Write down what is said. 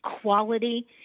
quality